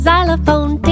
Xylophone